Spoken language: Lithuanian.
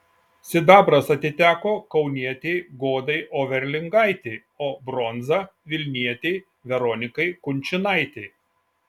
sidabras atiteko kaunietei godai overlingaitei o bronza vilnietei veronikai kunčinaitei